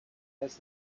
has